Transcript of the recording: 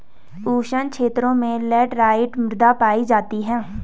उष्ण क्षेत्रों में लैटराइट मृदा पायी जाती है